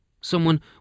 Someone